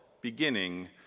beginning